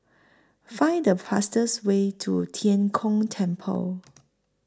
Find The fastest Way to Tian Kong Temple